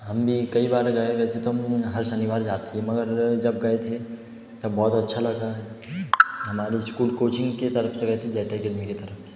हम भी कई बार गए वैसे तो हम हर शनिवार जाते मगर जब गए थे तब बहुत अच्छा लगा है हमारे इस्कूल कोचिंग के तरफ़ से गए थे जेड अकेडमी की तरफ़ से